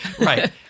right